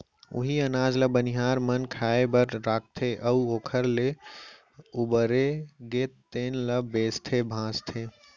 उहीं अनाज ल बनिहार मन खाए बर राखथे अउ ओखर ले उबरगे तेन ल बेचथे भांजथे